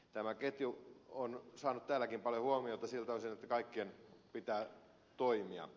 tämä ketju on saanut täälläkin paljon huomiota siltä osin että kaikkien pitää toimia